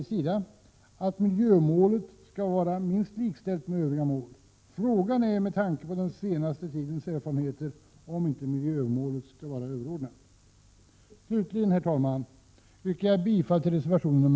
Vi menar att miljömålet skall vara minst likställt med övriga mål. Med tanke på den senaste tidens erfarenheter är frågan om inte miljömålet skall vara det överordnade. Slutligen, herr talman, yrkar jag bifall till reservation 9.